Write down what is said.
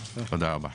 תודה רבה.